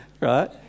Right